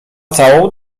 całą